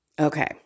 Okay